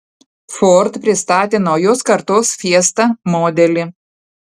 ford pristatė naujos kartos fiesta modelį